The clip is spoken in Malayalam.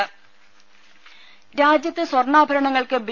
ദേദ രാജ്യ ത്ത് സ്വർണാഭരണങ്ങൾക്ക് ബി